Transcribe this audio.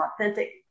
authentic